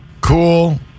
Cool